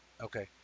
okay